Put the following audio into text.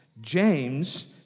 James